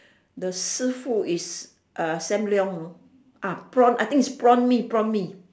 the 师傅 is uh sam-leong you know ah prawn I think it's prawn mee prawn mee